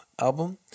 album